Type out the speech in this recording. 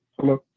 Hello